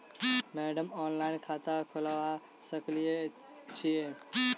Madam online खाता खोलबा सकलिये छीयै?